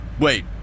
Wait